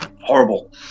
Horrible